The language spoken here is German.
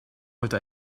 heute